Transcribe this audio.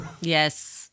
yes